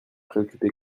préoccupé